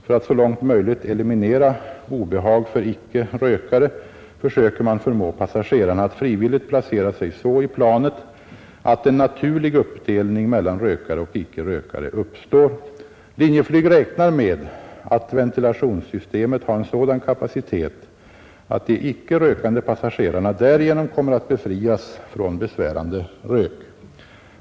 För att så långt möjligt eliminera obehag för icke-rökare försöker man förmå passagerarna att frivilligt placera sig så i planet att en naturlig uppdelning mellan rökare och icke-rökare uppstår. Linjeflyg räknar med att ventilationssystemet har en sådan kapacitet att de icke rökande passagerarna därigenom kommer att befrias från besvärande rök.